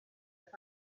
both